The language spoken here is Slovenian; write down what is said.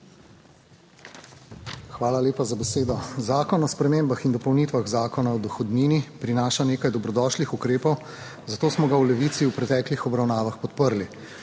Hvala lepa za besedo. Zakon o spremembah in dopolnitvah Zakona o dohodnini prinaša nekaj dobrodošlih ukrepov, zato smo ga v Levici v preteklih obravnavah podprli.